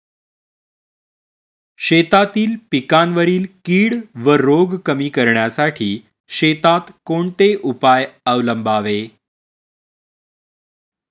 शेतातील पिकांवरील कीड व रोग कमी करण्यासाठी शेतात कोणते उपाय अवलंबावे?